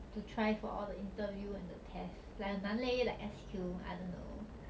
to try for all the interview and the test like 很难 leh like S_Q I don't know